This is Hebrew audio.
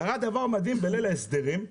קרה דבר מדהים בליל ההסדרים.